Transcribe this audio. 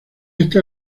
estas